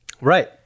Right